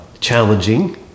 challenging